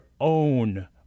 own